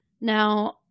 Now